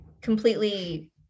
completely